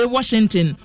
Washington